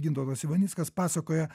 gintautas ivanickas pasakoja